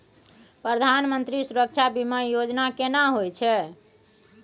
प्रधानमंत्री सुरक्षा बीमा योजना केना होय छै?